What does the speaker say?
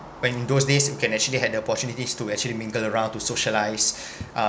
when those days you can actually had the opportunities to actually mingle around to socialize uh